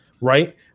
right